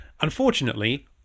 Unfortunately